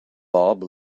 bob